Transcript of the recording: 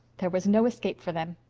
there was no escape for them.